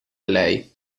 lei